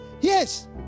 Yes